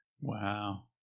Wow